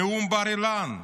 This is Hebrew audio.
נאום בר אילן.